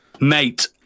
mate